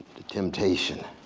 the temptation,